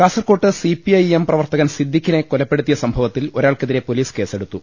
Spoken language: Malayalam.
കാസർക്കോട്ട് സിപിഐഎം പ്രവർത്തകൻ സിദ്ദീഖിനെ കൊലപ്പെടുത്തിയ സംഭവത്തിൽ ഒരാൾക്കെതിരെ പൊലീസ് കേസ്സെടുത്തു